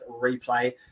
replay